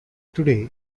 today